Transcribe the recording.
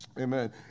Amen